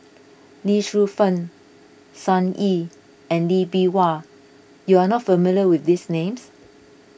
Lee Shu Fen Sun Yee and Lee Bee Wah you are not familiar with these names